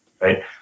Right